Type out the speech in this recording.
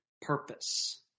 purpose